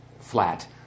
flat